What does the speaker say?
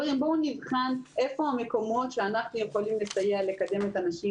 בואו נבחן איפה המקומות שאנחנו יכולים לסייע בקידום הנשים.